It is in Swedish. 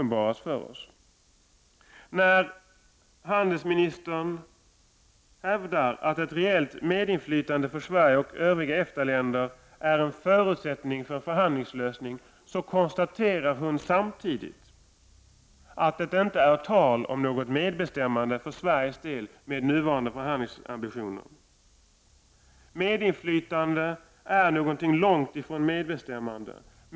När handelsministern hävdar att ett rejält medinflytande för Sverige och övriga EFTA-länder är en förutsättning för förhandlingslösningar, konstaterar hon samtidigt att det med nuvarande förhandlingsambitioner inte är tal om något medbestämmande för Sveriges del. Medinflytande är någonting som ligger långt ifrån medbestämmande.